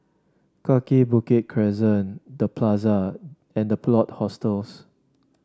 Kaki Bukit Crescent The Plaza and The Plot Hostels